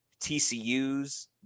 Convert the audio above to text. TCU's